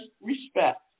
respect